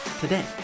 today